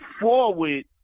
forward